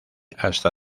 hasta